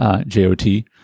J-O-T